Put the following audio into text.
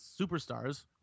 superstars